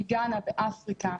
מגאנה באפריקה,